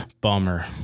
bummer